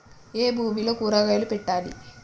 ఏ భూమిలో కూరగాయలు పెట్టాలి?